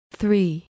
three